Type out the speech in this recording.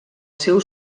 seu